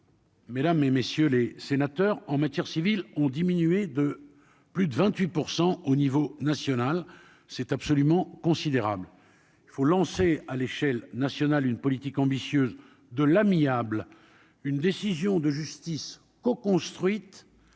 Mesdames et messieurs les sénateurs, en matière civile, ont diminué de plus de 28 % au niveau national, c'est absolument considérable, il faut lancer à l'échelle nationale, une politique ambitieuse de l'amiable, une décision de justice oh construite